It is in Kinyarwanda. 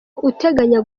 uteganya